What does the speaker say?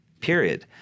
period